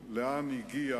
למה?